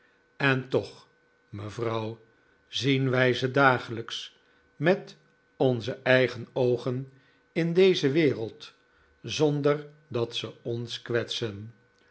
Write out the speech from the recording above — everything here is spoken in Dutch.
en toch mevrouw zien wij ze dagelijks met onze eigen oogen in deze wereld zonder dat ze ons kwetsen